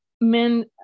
men